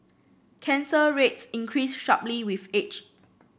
cancer rates increase sharply with age